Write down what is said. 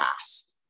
past